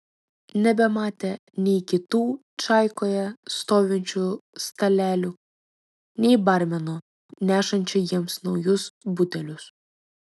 nebematė nei kitų čaikoje stovinčių stalelių nei barmeno nešančio jiems naujus butelius